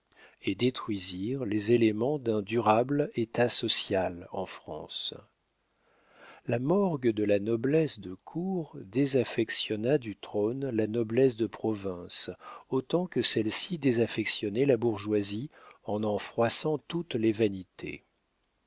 et détruisirent les éléments d'un durable état social en france la morgue de la noblesse de cour désaffectionna du trône la noblesse de province autant que celle-ci désaffectionnait la bourgeoisie en en froissant toutes les vanités